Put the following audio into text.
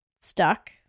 stuck